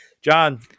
John